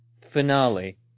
finale